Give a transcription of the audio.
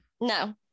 No